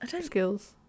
skills